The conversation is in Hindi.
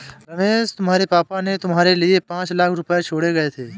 रमेश तुम्हारे पापा ने तुम्हारे लिए पांच लाख रुपए छोड़े गए थे